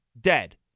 dead